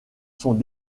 sont